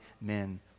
men